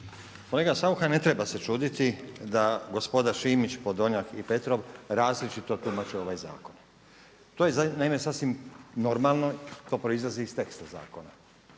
Kolega Saucha ne treba se čuditi da gospoda Šimić, Podolnjak i Petrov različito tumače ovaj zakon. To je naime sasvim normalno, to proizlazi iz teksta zakona.